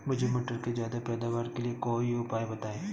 मुझे मटर के ज्यादा पैदावार के लिए कोई उपाय बताए?